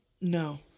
No